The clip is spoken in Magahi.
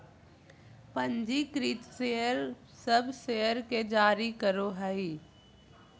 पंजीकृत शेयर सब शेयर के जारी करो हइ